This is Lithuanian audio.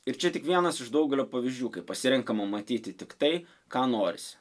ir čia tik vienas iš daugelio pavyzdžių kai pasirenkama matyti tik tai ką norisi